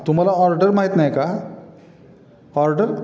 तुम्हाला ऑर्डर माहीत नाही का ऑर्डर